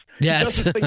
Yes